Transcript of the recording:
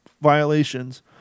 violations